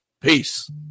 Peace